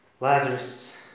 Lazarus